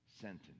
sentence